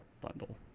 Bundle